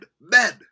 Men